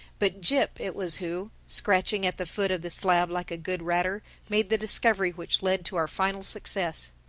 but jip it was who, scratching at the foot of the slab like a good ratter, made the discovery which led to our final success.